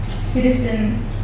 citizen